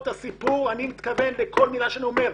את הסיפור אני מתכוון לכל מילה שאני אומר.